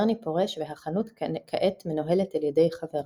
ברני פורש והחנות כעת מנוהלת על ידי חבריו.